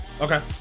Okay